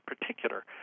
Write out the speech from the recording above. particular